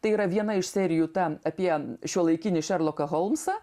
tai yra viena iš serijų ta apie šiuolaikinį šerloką holmsą